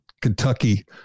Kentucky